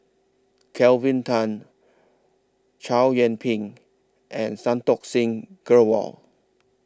Kelvin Tan Chow Yian Ping and Santokh Singh Grewal